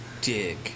dig